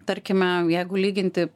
tarkime jeigu lyginti